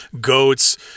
goats